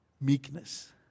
meekness